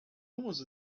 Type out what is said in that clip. almost